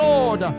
Lord